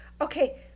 Okay